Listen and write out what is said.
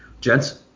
Gents